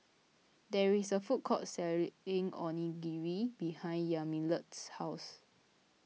there is a food court selling Onigiri behind Yamilet's house